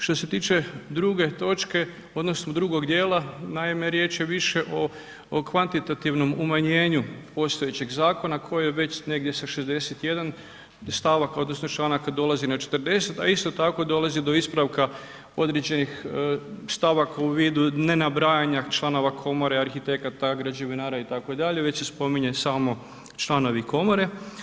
Što se tiče druge točke, odnosno drugog dijela, naime, riječ je više o kvantitativnom umanjenju postojećeg zakona koji već negdje sa 61 stavaka odnosno članaka dolazi na 40, a isto tako dolazi do ispravka određenih stavaka u vidu ne nabrajanja članova komore, arhitekata, građevinara itd., već se spominje samo članovi komore.